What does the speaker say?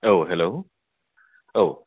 औ हेलौ औ